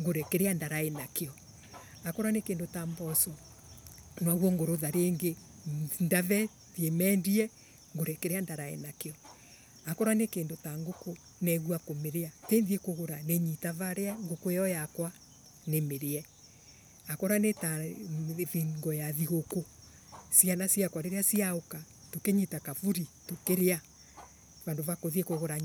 Ngure kiria ndarai nakio akorwo mi kindu ta mboco nwaguo ngurutha ringi ndave nthie mendie ngure kirio ndarai nakio. Akonwo ni kindu ta nguku negua kumiria. ninyita varia nguku iyo yakwa nimirie. Akorwa nita Nivingo ya thiguku ciana ciakwa riria ciauka tukinyita kavuli tukiriria vandu va kuthie kugura